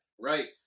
Right